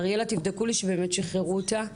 אריאלה, תבדקו לי שבאמת שחררו אותה.